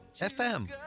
FM